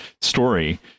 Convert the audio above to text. story